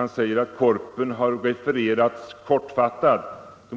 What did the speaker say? Han sade att de olika Korpaktiviteterna har refererats alltför kortfattat